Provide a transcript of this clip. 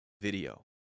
video